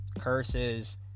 curses